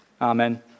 Amen